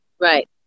Right